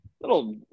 little